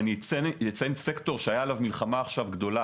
אני אציין סקטור שהייתה עליו מלחמה גדולה,